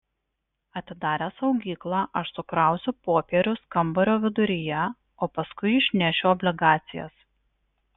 atidaręs saugyklą aš sukrausiu popierius kambario viduryje o paskui išnešiu obligacijas